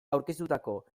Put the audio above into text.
aurkeztutako